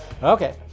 Okay